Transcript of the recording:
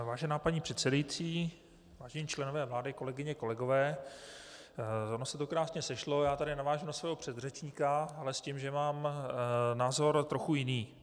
Vážená paní předsedající, vážení členové vlády, kolegyně a kolegové, zrovna se to krásně sešlo, já tady navážu na svého předřečníka, ale s tím, že mám názor trochu jiný.